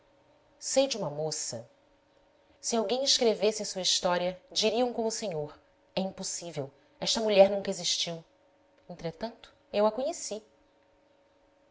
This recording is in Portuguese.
de uma moça se alguém escrevesse a sua história diriam como o se nhor é impossível esta mulher nunca existiu entretanto eu a co nheci